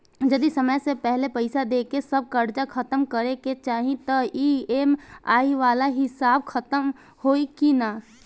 जदी समय से पहिले पईसा देके सब कर्जा खतम करे के चाही त ई.एम.आई वाला हिसाब खतम होइकी ना?